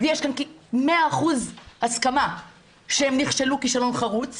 יש כאן מאה אחוז הסכמה שהם נכשלו כישלון חרוץ